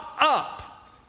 up